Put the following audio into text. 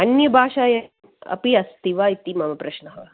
अन्यभाषायाम् अपि अस्ति वा इति मम प्रश्नः